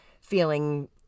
feeling